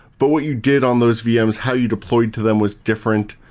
but what you did on those vm's, how you deployed to them was different.